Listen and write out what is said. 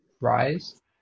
rise